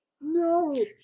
No